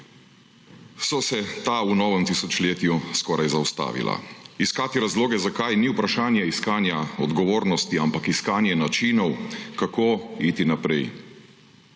so se ta v novem tisočletju skoraj zaustavila. Iskati razloge zakaj, ni vprašanje iskanja odgovornosti, ampak iskanje načinov, kako iti naprej,